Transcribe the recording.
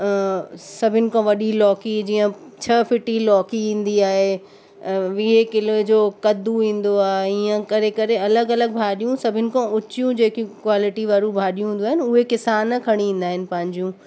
सभिनि खां वॾी लौकी जीअं छह फिटी लौकी ईंदी आहे वीह किले जो कद्दू ईंदो आहे ईअं करे करे अलॻि अलॻि भाॼियूं सभिनि खां उचियूं जेकियूं क्वालिटी वारू भाॼियूं हूंदियूं आहिनि उहे किसान खणी ईंदा आहिनि पंहिंजियूं